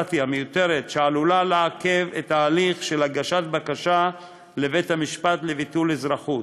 שעלולה לעכב את ההליך של הגשת בקשה לבית-המשפט לביטול אזרחות.